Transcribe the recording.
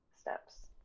steps